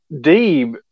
Dee